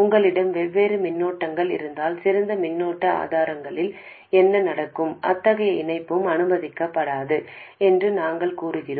உங்களிடம் வெவ்வேறு மின்னோட்டங்கள் இருந்தால் சிறந்த மின்னோட்ட ஆதாரங்களில் என்ன நடக்கும் அத்தகைய இணைப்பு அனுமதிக்கப்படாது என்று நாங்கள் கூறுகிறோம்